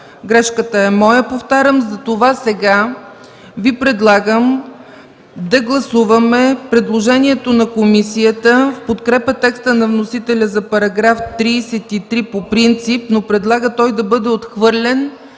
Грешката е моя, повтарям. Затова сега Ви предлагам да гласуваме предложението на комисията в подкрепа текста на вносителя за § 33 по принцип, но предлага той да бъде отхвърлен,